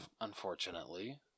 unfortunately